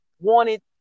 wanted